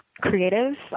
creative